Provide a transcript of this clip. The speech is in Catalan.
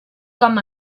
com